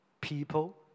people